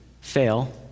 fail